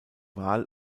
wahl